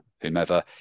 whomever